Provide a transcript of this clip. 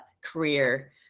career